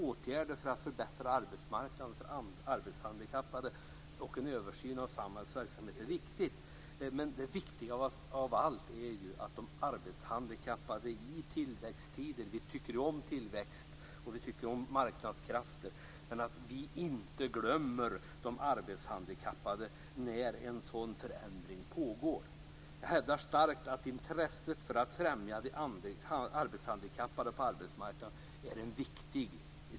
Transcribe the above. Åtgärder för att förbättra arbetsmarknaden för arbetshandikappade och en översyn av Samhalls verksamhet är viktigt, men det viktigaste av allt är att vi inte glömmer de arbetshandikappade i tillväxttider. Vi tycker om tillväxt, och vi tycker om marknadskrafterna. Vi får inte glömma de arbetshandikappade när en sådan förändring pågår. Jag hävdar att det är mycket viktigt att främja situationen för de arbetshandikappade på arbetsmarknaden.